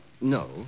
No